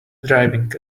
driving